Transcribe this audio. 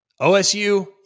OSU